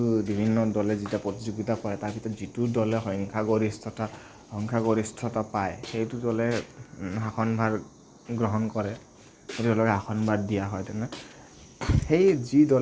যিটো বিভিন্ন দলে যেতিয়া প্ৰতিযোগিতা কৰে তাৰ ভিতৰত যিটো দলে সংখ্যাগৰিষ্ঠতা সংখ্যাগৰিষ্ঠতা পায় সেইটো দলে শাসনভাৰ গ্ৰহণ কৰে সেইটো দলে শাসনভাৰ দিয়া হয়